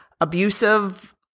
abusive –